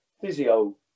physio